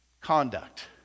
Conduct